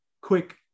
quick